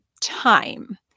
time